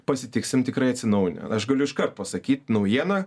pasitiksim tikrai atsinaujinę aš galiu iškart pasakyt naujieną